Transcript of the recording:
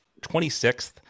26th